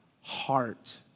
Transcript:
heart